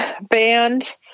band